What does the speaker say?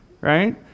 Right